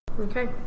Okay